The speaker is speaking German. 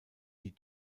die